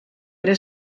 era